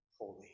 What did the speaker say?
holy